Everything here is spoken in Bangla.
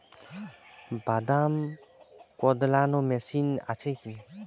বাদাম কদলানো মেশিন আছেকি?